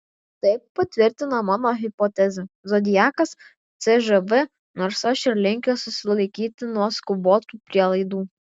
tai patvirtina mano hipotezę zodiakas cžv nors aš ir linkęs susilaikyti nuo skubotų prielaidų